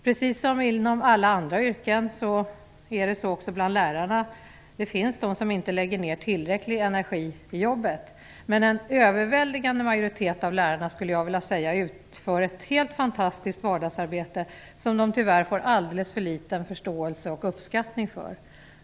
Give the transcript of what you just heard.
Precis som inom alla andra yrken finns det också bland lärarna de som inte lägger ner tillräcklig energi i jobbet, men en överväldigande majoritet av lärarna utför ett helt fantastiskt vardagsarbete som de tyvärr får alldeles för liten förståelse och uppskattning för.